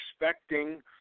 expecting